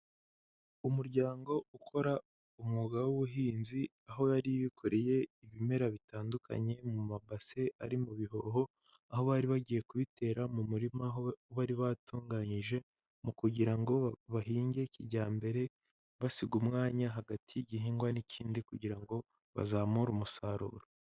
Umuryango ukora umwuga w'ubuhinzi, aho yari yikoreye ibimera bitandukanye mu mabase ari mu bihoho, aho bari bagiye kubitera mu murima bari batunganyije mu kugira ngo bahinge kijyambere, basiga umwanya hagati y'igihingwa n'ikindi kugira ngo bazamure umusaruro.